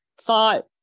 thought